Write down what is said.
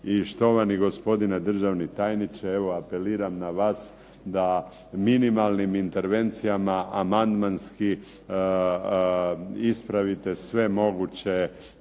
I štovani gospodine državni tajniče evo apeliram na vas da minimalnim intervencijama amandmanski ispravite sve moguće